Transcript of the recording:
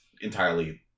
entirely